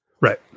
right